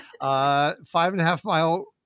five-and-a-half-mile